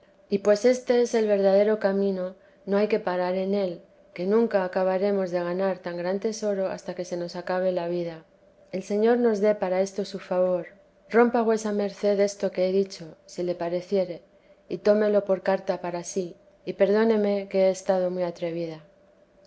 y pues este es el verdadero camino no hay que parar en él que nunca acabaremos de ganar tan gran tesoro hasta que se nos acabe la vida el señor nos dé para esto su favor rompa vuesa vida de la santa madbe merced esto que he dicho si le pareciere y tómelo por carta para sí y perdóneme que he estado muy atrevida